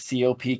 COP